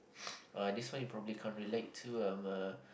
(wah) this one you probably can't relate to um err